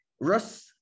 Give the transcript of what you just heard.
russ